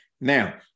Now